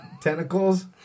Tentacles